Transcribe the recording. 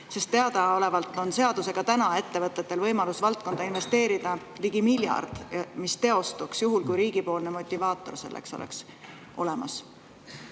sest teadaolevalt on täna seaduse järgi ettevõtetel võimalus valdkonda investeerida ligi miljard eurot? See teostuks juhul, kui riigipoolne motivaator selleks oleks olemas?